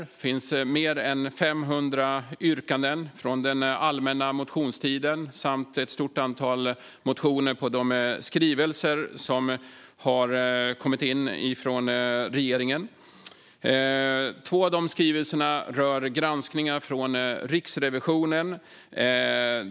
Det finns fler än 500 yrkanden från den allmänna motionstiden samt ett stort antal motioner om de skrivelser som har kommit från regeringen. Två av skrivelserna rör granskningar från Riksrevisionen.